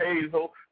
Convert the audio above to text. hazel